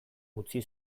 utzi